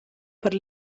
per